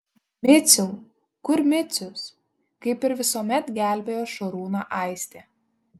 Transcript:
miciau kur micius kaip ir visuomet gelbėjo šarūną aistė